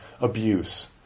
abuse